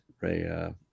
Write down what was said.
Ray